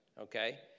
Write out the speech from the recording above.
okay